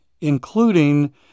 including